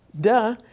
Duh